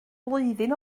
flwyddyn